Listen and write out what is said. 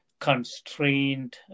constrained